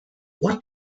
what